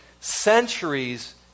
centuries